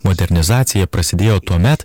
modernizacija prasidėjo tuomet